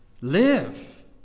live